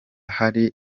hari